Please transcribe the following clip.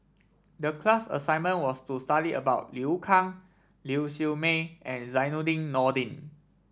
the class assignment was to study about Liu Kang Lau Siew Mei and Zainudin Nordin